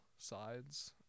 sides